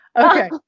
Okay